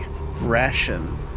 ration